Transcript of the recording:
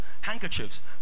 handkerchiefs